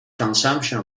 consumption